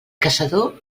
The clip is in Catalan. caçador